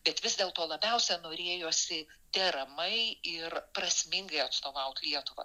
bet vis dėlto labiausia norėjosi deramai ir prasmingai atstovaut lietuvą